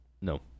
No